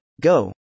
Go